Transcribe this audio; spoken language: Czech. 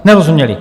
Nerozuměli.